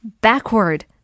backward